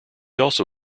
also